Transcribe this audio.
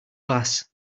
class